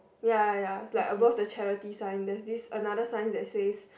ya ya ya it's like above the charity sign there's this another sign that says